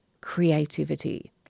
creativity